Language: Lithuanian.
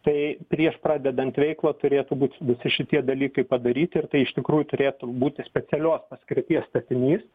tai prieš pradedant veiklą turėtų būt visi šitie dalykai padaryti ir tai iš tikrųjų turėtų būti specialios paskirties statinys